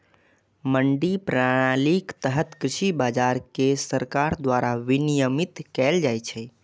मंडी प्रणालीक तहत कृषि बाजार कें सरकार द्वारा विनियमित कैल जाइ छै